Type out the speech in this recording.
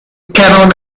canon